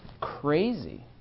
crazy